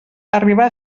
arribar